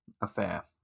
affair